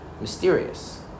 mysterious